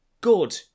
good